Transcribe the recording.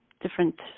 different